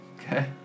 Okay